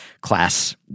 class